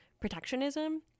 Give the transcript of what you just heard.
protectionism